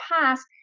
past